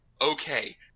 okay